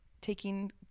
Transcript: taking